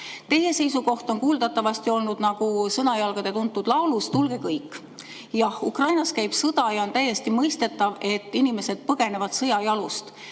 Teie seisukoht on kuuldavasti olnud nagu Sõnajalgade tuntud laulus "Tulge kõik!". Jah, Ukrainas käib sõda ja on täiesti mõistetav, et inimesed põgenevad sõja jalust.